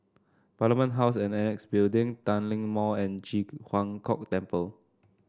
Parliament House and Annexe Building Tanglin Mall and Ji Huang Kok Temple